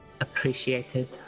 appreciated